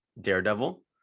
Daredevil